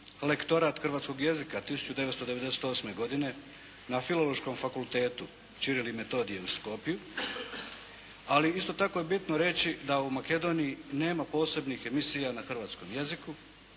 lektorat hrvatskog jezika 1998. godine na Filozofskom fakultetu "Ćiril i Metodije" u Skopju ali isto tako je bitno reći da u Makedoniji nema posebnih emisija na hrvatskom jeziku